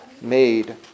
made